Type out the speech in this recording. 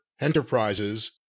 enterprises